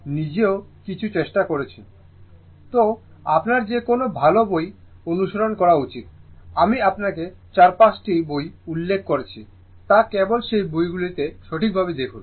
সুতরাং আপনার যে কোনও ভাল বই অনুসরণ করা উচিত আমি আপনাকে 4 5 টি বই উল্লেখ করেছি তা কেবল সেই বইগুলি সঠিকভাবে দেখুন